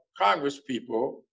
congresspeople